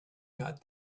got